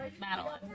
Madeline